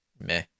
Meh